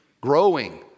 growing